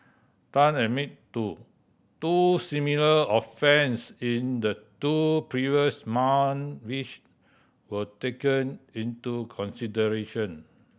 Tan admitted to two similar offence in the two previous months which were taken into consideration